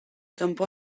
kanpo